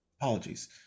Apologies